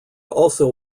also